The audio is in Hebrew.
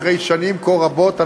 אחרי שנים כה רבות,